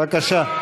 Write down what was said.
בבקשה.